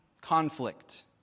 conflict